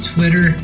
Twitter